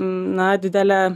na didelę